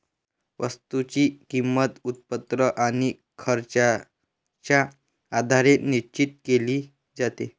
वस्तूची किंमत, उत्पन्न आणि खर्चाच्या आधारे निश्चित केली जाते